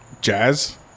jazz